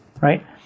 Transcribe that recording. right